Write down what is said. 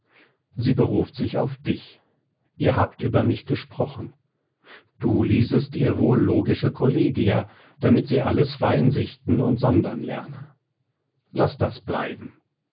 sie beruft sich auf dich ihr habt über mich gesprochen du liesest ihr wohl logische kollegia damit sie alles fein sichten und sondern lerne laß das bleiben